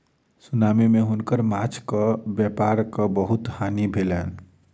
tsunami मे हुनकर माँछक व्यापारक बहुत हानि भेलैन